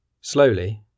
Slowly